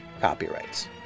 copyrights